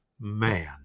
man